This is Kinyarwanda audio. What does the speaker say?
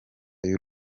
y’u